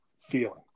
feeling